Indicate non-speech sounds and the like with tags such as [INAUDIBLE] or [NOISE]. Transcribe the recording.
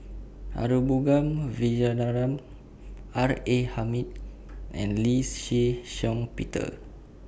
[UNINTELLIGIBLE] R A Hamid and Lee Shih Shiong Peter